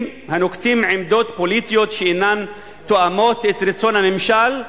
הנוקטים עמדות פוליטיות שאינן תואמות את רצון הממשל,